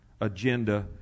agenda